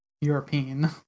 european